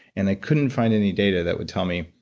and i couldn't find any data that would tell me,